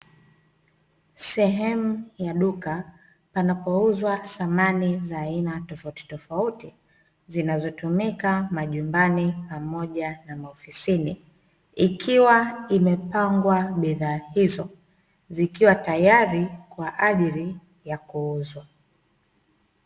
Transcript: Sehemu ya duka, panapouzwa samani za aina tofauti tofauti zinazotumika majumbani pamoja na maofisini. Ikiwa imepangwa bidhaa hizo, zikiwa tayari kwa ajili ya kuuzwa.